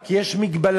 כי יש מגבלה.